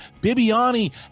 Bibiani